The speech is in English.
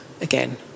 again